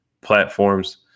platforms